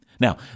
Now